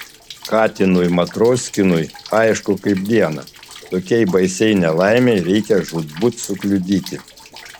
katinui matroskinui aišku kaip dieną tokiai baisiai nelaimei reikia žūtbūt sukliudyti